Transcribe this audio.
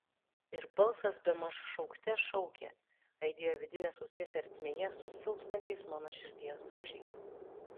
ir balsas bemaž šaukte šaukė aidėjo vidinės ausies ertmėje su silpstančiais mano širdies dūžiais